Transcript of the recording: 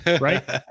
right